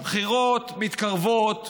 הבחירות מתקרבות,